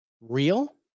real